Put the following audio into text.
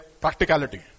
practicality